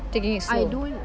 taking it slow